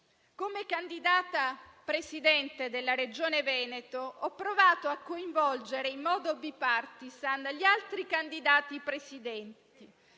Come candidata presidente della Regione Veneto ho provato a coinvolgere in modo *bipartisan* gli altri candidati presidenti